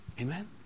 Amen